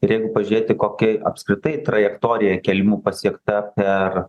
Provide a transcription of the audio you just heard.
ir jeigu pažiūrėti kokia apskritai trajektorija kėlimu pasiekta per